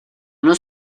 nos